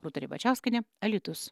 rūta ribačiauskienė alytus